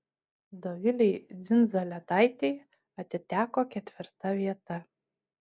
dovilei dzindzaletaitei atiteko ketvirta vieta